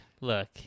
Look